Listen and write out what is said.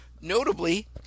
notably